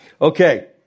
Okay